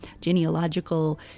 genealogical